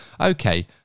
okay